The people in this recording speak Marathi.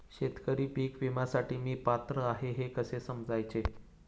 शेतकरी पीक विम्यासाठी मी पात्र आहे हे कसे समजायचे?